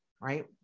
right